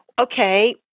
okay